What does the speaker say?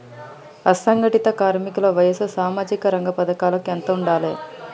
అసంఘటిత కార్మికుల వయసు సామాజిక రంగ పథకాలకు ఎంత ఉండాలే?